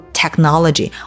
technology 。